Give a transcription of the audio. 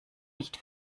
nicht